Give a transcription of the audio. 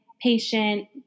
patient